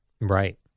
Right